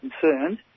concerned